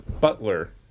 Butler